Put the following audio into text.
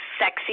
sexy